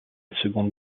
seconde